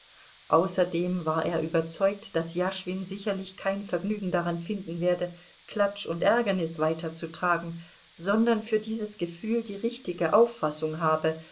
außerdem war er überzeugt daß jaschwin sicherlich kein vergnügen daran finden werde klatsch und ärgernis weiterzutragen sondern für dieses gefühl die richtige auffassung habe